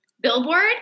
billboard